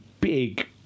big